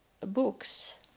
books